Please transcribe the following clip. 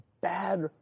bad